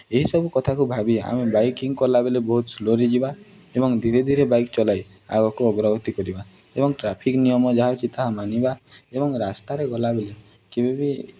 ଏହିସବୁ କଥାକୁ ଭାବି ଆମେ ବାଇକିଂ କଲାବେଲେ ବହୁତ ସ୍ଲୋରେ ଯିବା ଏବଂ ଧୀରେ ଧୀରେ ବାଇକ୍ ଚଲାଇ ଆଗକୁ ଅବ୍ରଗତି କରିବା ଏବଂ ଟ୍ରାଫିକ୍ ନିୟମ ଯାହା ହେଉଛିି ତାହା ମାନିବା ଏବଂ ରାସ୍ତାରେ ଗଲାବେଲେ କେବେ ବି